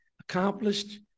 accomplished